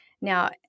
Now